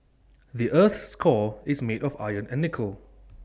the Earth's core is made of iron and nickel